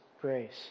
grace